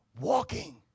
walking